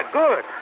good